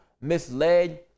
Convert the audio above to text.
misled